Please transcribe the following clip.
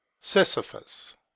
Sisyphus